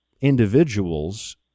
individuals